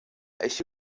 així